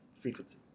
frequency